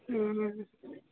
नहि